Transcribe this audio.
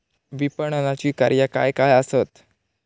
विपणनाची कार्या काय काय आसत?